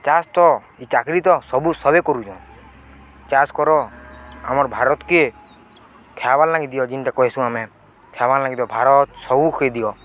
ଚାଷ ତ ଇ ଚାକିରି ତ ସବୁ ସବେ କରୁଚଁ ଚାଷ କର ଆମର୍ ଭାରତ୍କେ ଖାଇବାର୍ ଲାଗି ଦିଅ ଯିନ୍ତା କହିସୁଁ ଆମେ ଖାଇବାର୍ ଲାଗି ଦିଅ ଭାରତ୍ ସବୁକେ ଦିଅ